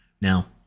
Now